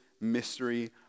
mystery